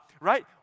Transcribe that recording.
Right